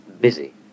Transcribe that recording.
busy